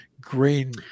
green